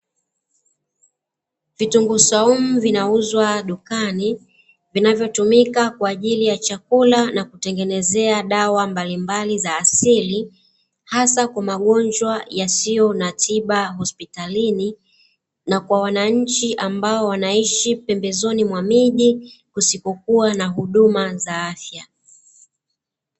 Vitunguu swaumu vinauzwa dukani vinavyotumika kwaajili ya chakula na kutengenezea dawa mbalimbali za asili hasa kwa magonjwa yasiyo na tiba hospitalini na kwa wananchi ambao wanaishi pembezoni mwa miji kusikokuwa na huduma za afya.